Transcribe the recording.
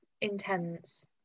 intense